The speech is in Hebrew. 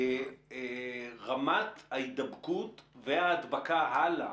רמת ההידבקות וההדבקה הלאה,